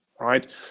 right